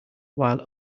while